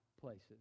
places